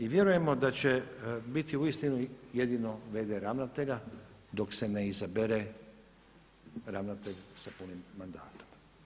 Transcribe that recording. I vjerujemo da će biti uistinu jedino v.d. ravnatelja dok se ne izabere ravnatelj sa punim mandatom.